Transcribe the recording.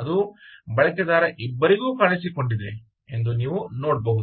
ಅದು ಬಳಕೆದಾರ ಇಬ್ಬರಿಗೂ ಕಾಣಿಸಿಕೊಂಡಿದೆ ಎಂದು ನೀವು ನೋಡಬಹುದು